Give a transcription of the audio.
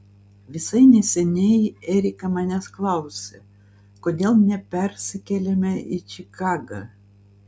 visai neseniai erika manęs klausė kodėl nepersikeliame į čikagą